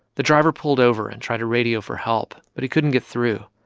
the driver pulled over and tried to radio for help, but he couldn't get through.